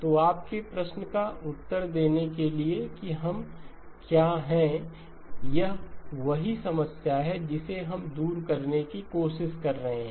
तो आपके प्रश्न का उत्तर देने के लिए कि हम क्या हैं यह वही समस्या है जिसे हम दूर करने की कोशिश कर रहे हैं